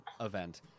event